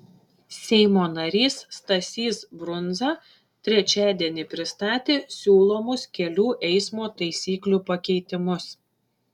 seimo narys stasys brundza trečiadienį pristatė siūlomus kelių eismo taisyklių pakeitimus